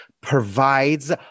provides